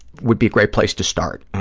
would be a great place to start,